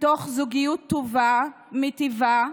מתוך זוגיות טובה, מיטיבה,